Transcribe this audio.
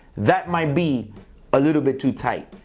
that might be a little bit too tight.